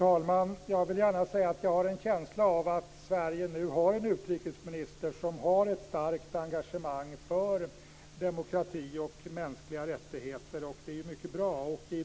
Fru talman! Jag har en känsla av att Sverige nu har en utrikesminister som har ett starkt engagemang för demokrati och mänskliga rättigheter, och det är mycket bra.